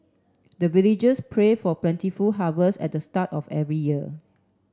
the villagers pray for plentiful harvest at the start of every year